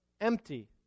empty